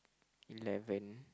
eleven